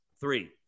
three